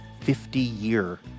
50-year